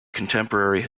contemporary